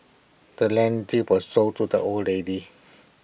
the land deed was sold to the old lady